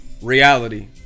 reality